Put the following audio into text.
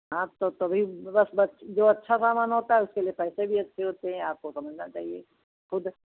आप तो तभी बस जो अच्छा होता है उसके लिए पैसे भी अच्छे होते हैं आपको समझना चाहिए ख़ुद